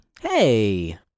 Hey